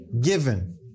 given